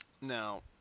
Now